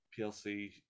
PLC